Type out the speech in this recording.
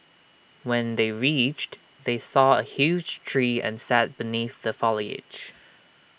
when they reached they saw A huge tree and sat beneath the foliage